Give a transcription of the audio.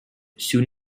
soon